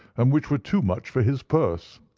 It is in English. and which were too much for his purse.